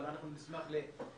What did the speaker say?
אבל אנחנו נשמח ל --- כן,